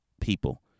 people